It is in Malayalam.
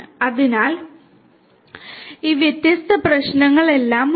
അതിനാൽ ഈ വ്യത്യസ്ത പ്രശ്നങ്ങളെല്ലാം അവിടെയുണ്ട്